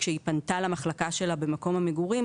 כשהיא פנתה למחלקה שלה במקום המגורים,